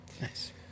Nice